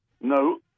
No